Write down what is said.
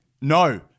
No